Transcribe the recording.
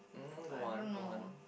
mm go on go on